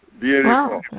Beautiful